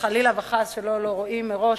חלילה וחס שלא רואים מראש.